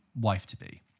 wife-to-be